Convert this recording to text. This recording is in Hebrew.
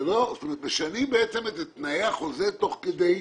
זאת אומרת, משנים בעצם את תנאי החוזה תוך כדי.